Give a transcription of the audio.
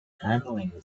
handling